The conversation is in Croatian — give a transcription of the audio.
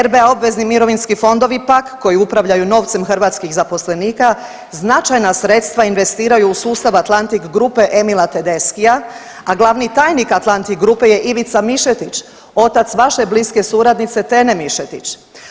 RBA obvezni mirovinski fondovi pak koji upravljaju novcem hrvatskih zaposlenika, značajna sredstva investiraju u sustav Atlantic Grupe Emila Tedeschija, a glavni tajnik Atlantic Grupe je Ivica Mišetić, otac vaše bliske suradnice Tene Mišetić.